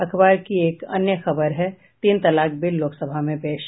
अखबार की एक अन्य खबर है तीन तलाक बिल लोकसभा में पेश